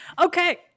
Okay